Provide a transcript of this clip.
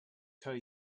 tell